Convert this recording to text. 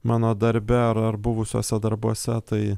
mano darbe ar ar buvusiuose darbuose tai